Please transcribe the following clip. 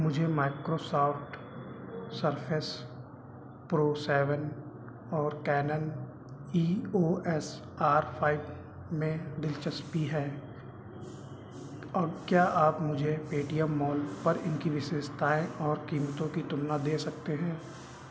मुझे Microsoft Surface Pro seven और Canon E O S R five में दिलचस्पी है क्या आप मुझे पेटीएम मॉल पर उनकी विशेषताएं और कीमतों की तुलना दे सकते हैं